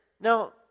Now